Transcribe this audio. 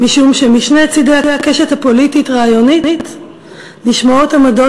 משום שמשני צדי הקשת הפוליטית-רעיונית נשמעות עמדות